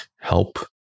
help